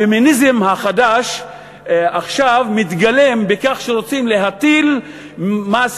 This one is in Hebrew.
הפמיניזם החדש עכשיו מתגלם בכך שרוצים להטיל מס